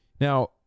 Now